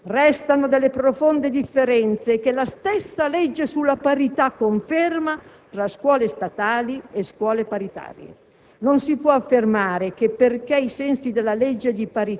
Secondo me non occorre equivocare sulle parole: restano delle profonde differenze, che la stessa legge sulla parità conferma, tra scuole statali e scuole paritarie.